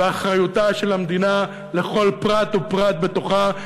ואחריותה של המדינה לכל פרט ופרט בתוכה,